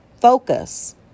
Focus